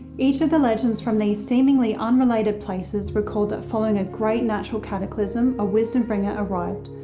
each of the legends from these seemingly unrelated places recall that, following a great natural cataclysm, a wisdom bringer arrived,